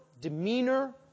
demeanor